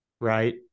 right